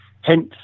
hence